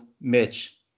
Mitch